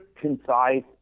concise